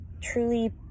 truly